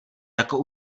jako